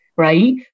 right